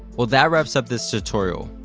well, that wraps up this tutorial.